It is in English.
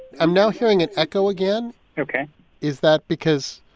i'm now hearing it echo again ok is that because.